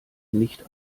nicht